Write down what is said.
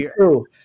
true